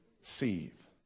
Receive